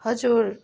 हजुर